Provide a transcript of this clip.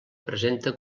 presenta